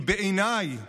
כי בעיניי,